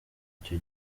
icyo